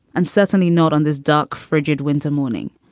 and certainly not on this dark, frigid winter morning.